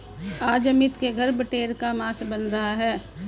आज अमित के घर बटेर का मांस बन रहा है